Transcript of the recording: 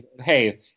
Hey